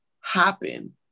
happen